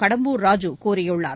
கடம்பூர் ராஜ கூறியுள்ளார்